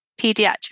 pediatric